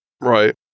Right